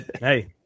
Hey